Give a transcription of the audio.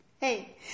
Hey